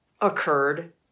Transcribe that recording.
occurred